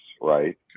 right